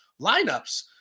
lineups